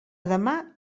demà